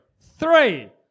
Three